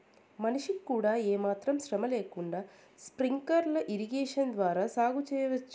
మనిషికి కూడా ఏమాత్రం శ్రమ లేకుండా స్ప్రింక్లర్ ఇరిగేషన్ ద్వారా సాగు చేయవచ్చు